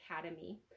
academy